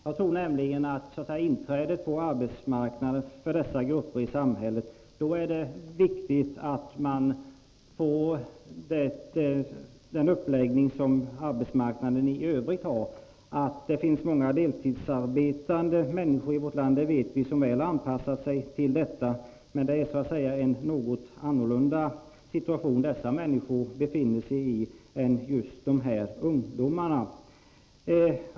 Jag tror nämligen att det vid inträdet på arbetsmarknaden för dessa grupper i samhället är viktigt att få en uppläggning som arbetsmarknaden i övrigt har. Att det finns många deltidsarbetande människor i vårt land som väl har anpassat sig till detta vet vi. Men dessa grupper är i en något annorlunda situation, eftersom de har arbetslivserfarenhet i förhållande till dessa ungdomar.